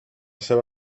seva